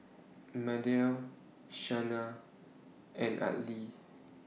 Mardell Shana and Arley